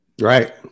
Right